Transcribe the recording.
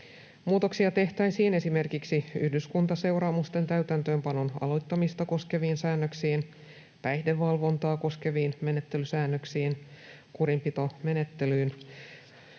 Muutoksia tehtäisiin esimerkiksi yhdyskuntaseuraamusten täytäntöönpanon aloittamista koskeviin säännöksiin, päihdevalvontaa koskeviin menettelysäännöksiin ja kurinpitomenettelyyn.